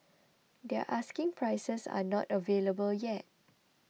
their asking prices are not available yet